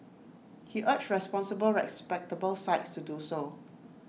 he urged responsible respectable sites to do so